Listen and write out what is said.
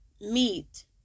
meat